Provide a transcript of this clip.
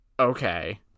Okay